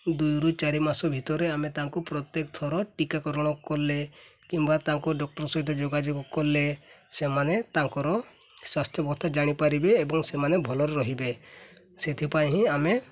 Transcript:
ଦୁଇ ରୁ ଚାରି ମାସ ଭିତରେ ଆମେ ତାଙ୍କୁ ପ୍ରତ୍ୟେକ ଥର ଟୀକାକରଣ କଲେ କିମ୍ବା ତାଙ୍କୁ ଡକ୍ଟର ସହିତ ଯୋଗାଯୋଗ କଲେ ସେମାନେ ତାଙ୍କର ସ୍ୱାସ୍ଥ୍ୟବସ୍ଥା ଜାଣିପାରିବେ ଏବଂ ସେମାନେ ଭଲରେ ରହିବେ ସେଥିପାଇଁ ହିଁ ଆମେ